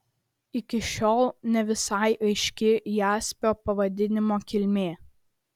iki šiol ne visai aiški jaspio pavadinimo kilmė